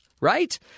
right